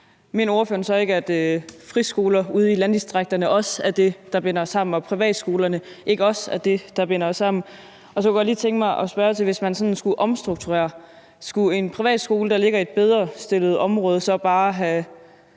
mener ordføreren så ikke, at friskoler ude i landdistrikterne også er det, der binder os sammen, og at privatskolerne er det, der binder os sammen? Så kunne jeg også godt lige tænke mig at spørge: Hvis man sådan skulle omstrukturere, skulle en privatskole, der ligger i et bedrestillet område, så bare have